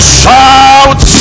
shout